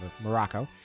Morocco